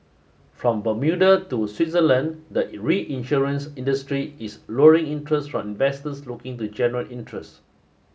from Bermuda to Switzerland the reinsurance industry is luring interest from investors looking to generate interest